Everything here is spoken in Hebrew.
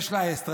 יש לה אסטרטגיה,